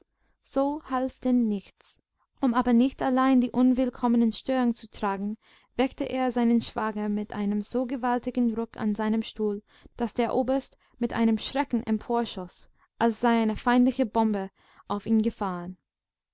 so half denn nichts um aber nicht allein die unwillkommene störung zu tragen weckte er seinen schwager mit einem so gewaltigen ruck an seinem stuhl daß der oberst mit einem schrecken emporschoß als sei eine feindliche bombe auf ihn gefahren